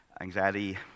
anxiety